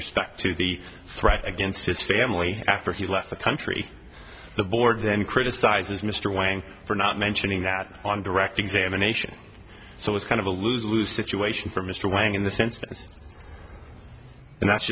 respect to the threats against his family after he left the country the board then criticizes mr wang for not mentioning that on direct examination so it's kind of a lose lose situation for mr wang in the census and that's